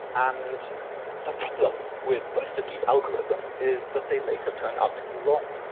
and the problem with most of these algorithms is that they later turn out to be wrong.